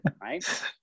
Right